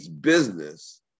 business